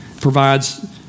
provides